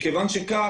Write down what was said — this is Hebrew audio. מכיוון שכך,